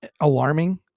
alarming